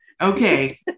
okay